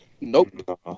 Nope